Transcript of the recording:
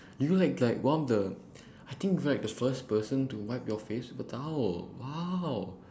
you're like like one of the I think like the first person to wipe your face with a towel !whoa!